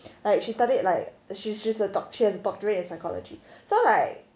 like she studied like she's she's a has a doctorate in psychology so like